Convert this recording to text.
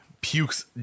Pukes